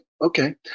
Okay